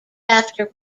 after